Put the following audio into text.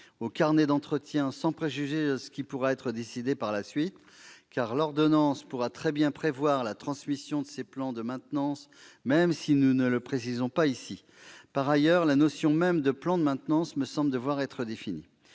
-aux carnets d'entretien, sans préjuger de ce qui pourra être décidé par la suite, car l'ordonnance pourra très bien prévoir la transmission de ces plans de maintenance même si nous ne le précisons pas ici. Par ailleurs, la notion même de plan de maintenance me semble devoir être définie.